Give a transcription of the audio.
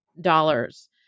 dollars